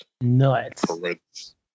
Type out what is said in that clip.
Nuts